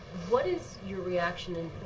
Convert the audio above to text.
what is your reaction?